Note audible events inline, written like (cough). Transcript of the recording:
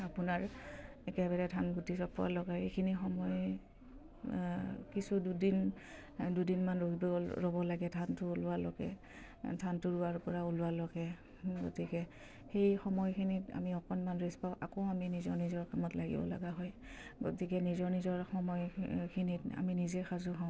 আপোনাৰ একেবাৰে ধান গুটি চপোৱালৈকে এইখিনি সময় কিছু দুদিন দুদিনমান (unintelligible) ৰ'ব লাগে ধানটো ওলোৱালৈকে ধানটো ৰোৱাৰ পৰা ওলোৱালৈকে গতিকে সেই সময়খিনিত আমি অকণমান ৰেষ্ট পাওঁ আকৌ আমি নিজৰ নিজৰ কামত লাগিব লগা হয় গতিকে নিজৰ নিজৰ সময়খিনিত আমি নিজে সাজু হওঁ